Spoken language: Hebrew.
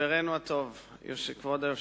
כבוד השר התחיל לדבר ערבית.) כבוד היושב-ראש,